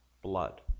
blood